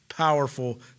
Powerful